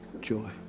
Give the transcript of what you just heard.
joy